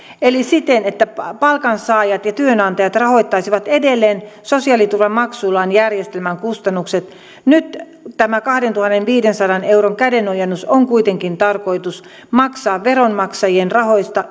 eli siten että palkansaajat ja työnantajat rahoittaisivat edelleen sosiaaliturvamaksuillaan järjestelmän kustannukset nyt tämä kahdentuhannenviidensadan euron kädenojennus on kuitenkin tarkoitus maksaa veronmaksajien rahoista